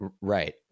right